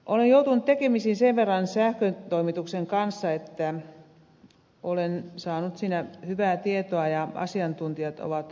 olen joutunut tekemisiin sen verran sähkön toimituksien kanssa että olen saanut siinä hyvää tietoa ja asiantuntijat ovat minua siinä opastaneet